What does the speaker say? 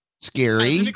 Scary